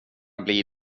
bli